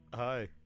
hi